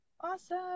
Awesome